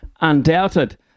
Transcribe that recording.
undoubted